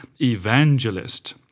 Evangelist